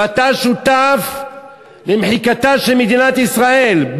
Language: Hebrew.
ואתה שותף למחיקתה של מדינת ישראל,